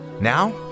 Now